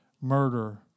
murder